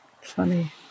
Funny